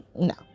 no